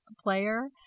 player